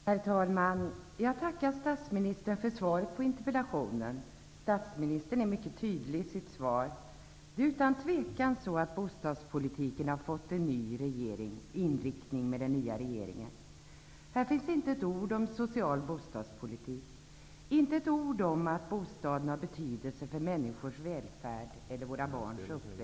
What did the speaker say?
Herr talman! Jag tackar statsministern för svaret på interpellationen. Statsministern är mycket tydlig i sitt svar. Det är inget tvivel om att bostadspolitiken med den nya regeringen har fått en ny inriktning. Här finns inte ett ord om social bostadspolitik, inte ett ord om att bostaden har betydelse för människors välfärd eller våra barns uppväxt.